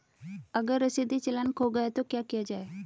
अगर रसीदी चालान खो गया तो क्या किया जाए?